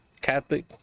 Catholic